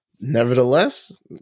Nevertheless